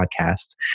podcasts